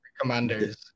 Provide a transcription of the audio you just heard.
Commanders